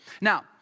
Now